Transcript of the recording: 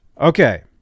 Okay